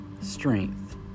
strength